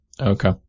Okay